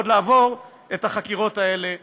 ועוד לעבור את החקירות האלה בחו"ל.